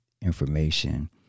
information